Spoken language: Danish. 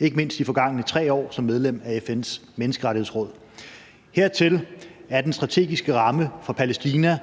ikke mindst de forgangne 3 år som medlem af FN's Menneskerettighedsråd. Hertil er den strategiske ramme for Palæstina